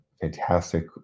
fantastic